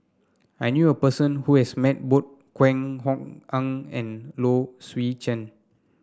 I knew a person who has met both Kwek Hong Png and Low Swee Chen